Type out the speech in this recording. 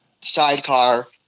sidecar